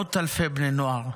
למאות אלפי בני נוער,